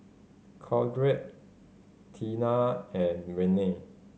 Caltrate Tena and Rene